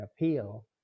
appeal